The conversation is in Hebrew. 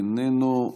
איננו,